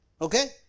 Okay